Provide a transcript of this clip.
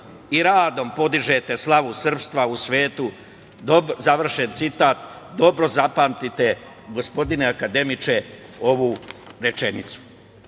i radom podižete slavu srpstva u svetu“, završen citat. Dobro zapamtite, gospodine akademiče, ovu rečenicu. Moralna